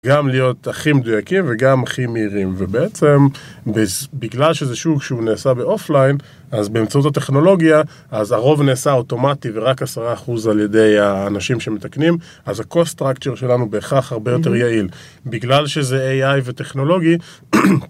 גם להיות הכי מדויקים וגם הכי מהירים ובעצם בגלל שזה שוק שהוא נעשה באופליין אז באמצעות הטכנולוגיה, אז הרוב נעשה אוטומטי ורק עשרה אחוז על ידי האנשים שמתקנים אז cost structure שלנו בהכרח הרבה יותר יעיל, בגלל שזה AI וטכנולוגי